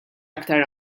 aktar